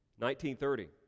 1930